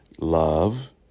love